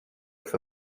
for